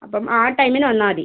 അപ്പം ആ ടൈമിന് വന്നാൽ മതി